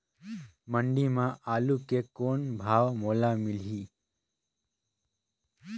मंडी म आलू के कौन भाव मोल मिलही?